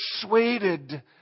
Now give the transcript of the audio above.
persuaded